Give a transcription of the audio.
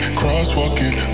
crosswalking